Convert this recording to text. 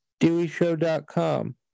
deweyshow.com